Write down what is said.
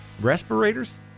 respirators